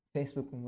Facebook